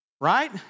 Right